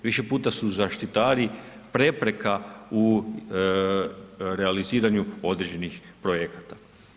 Više puta su zaštitari prepreka u realiziranju određenih projekata.